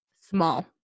Small